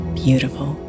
beautiful